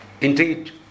indeed